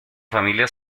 familia